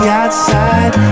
outside